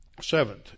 Seventh